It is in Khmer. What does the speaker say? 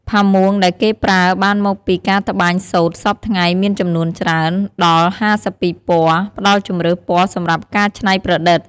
ផាមួងដែលគេប្រើបានមកពីការត្បាញសូត្រសព្វថ្ងៃមានចំនួនច្រើន ដល់៥២ពណ៌ ផ្តល់ជម្រើសពណ៌សម្រាប់ការច្នៃប្រឌិត។